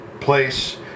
place